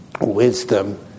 wisdom